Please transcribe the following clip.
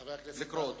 חבר הכנסת ברכה,